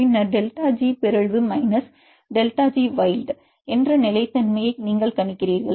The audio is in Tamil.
பின்னர் டெல்டா ஜி பிறழ்வு மைனஸ் டெல்டா ஜி வைல்ட் என்ற நிலைத்தன்மையை நீங்கள் கணிக்கிறீர்கள்